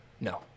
No